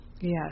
Yes